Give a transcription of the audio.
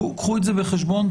קחו את זה בחשבון,